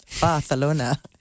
Barcelona